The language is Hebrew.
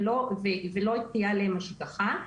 ולא תהיה עליהם השגחה.